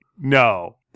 No